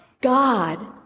God